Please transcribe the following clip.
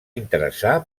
interessar